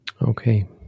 Okay